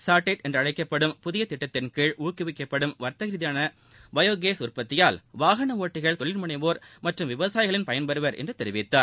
sautéed என்றழைக்கப்படும் புதிய திட்டத்தின்கீழ் ஊக்குவிக்கப்படும் வா்த்தக ரீதியான பயோ கேஸ் உற்பத்தியால் வாகன ஓட்டிகள் தொழில் முனைவோர் மற்றும் விவசாயிகளும் பயன்பெறுவர் என்று தெரிவித்தார்